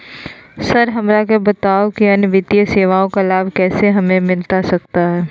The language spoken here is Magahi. सर हमरा के बताओ कि अन्य वित्तीय सेवाओं का लाभ कैसे हमें मिलता सकता है?